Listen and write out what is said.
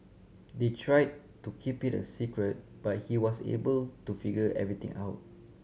they try to keep it a secret but he was able to figure everything out